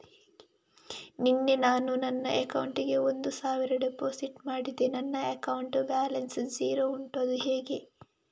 ನಿನ್ನೆ ನಾನು ನನ್ನ ಅಕೌಂಟಿಗೆ ಒಂದು ಸಾವಿರ ಡೆಪೋಸಿಟ್ ಮಾಡಿದೆ ನನ್ನ ಅಕೌಂಟ್ ಬ್ಯಾಲೆನ್ಸ್ ಝೀರೋ ಉಂಟು ಅದು ಹೇಗೆ?